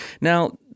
Now